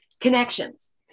connections